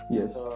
Yes